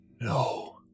No